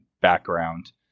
background